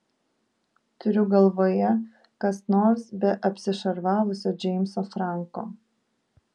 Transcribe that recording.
turiu galvoje kas nors be apsišarvavusio džeimso franko